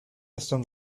están